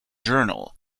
journal